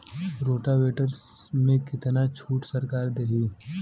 Rotavator में कितना छूट सरकार देही?